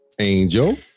angel